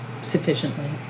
sufficiently